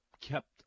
kept